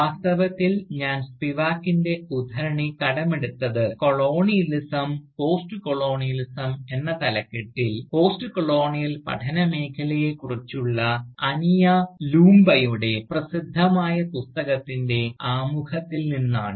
വാസ്തവത്തിൽ ഞാൻ സ്പിവാക്കിൻറെ ഉദ്ധരണി കടമെടുത്തത് കൊളോണിയലിസംപോസ്റ്റ്കൊളോണിയലിസം ColonialismPostcolonialism എന്ന തലക്കെട്ടിൽ പോസ്റ്റ്കൊളോണിയൽ പഠന മേഖലയെക്കുറിച്ചുള്ള അനിയ ലൂംബയുടെ പ്രസിദ്ധമായ പുസ്തകത്തിൻറെ ആമുഖത്തിൽ നിന്നാണ്